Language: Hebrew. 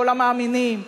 כל המאמינים,